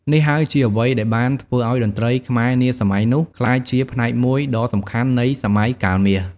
នេះហើយជាអ្វីដែលបានធ្វើឱ្យតន្ត្រីខ្មែរនាសម័យនោះក្លាយជាផ្នែកមួយដ៏សំខាន់នៃ "សម័យកាលមាស"។